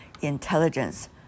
intelligence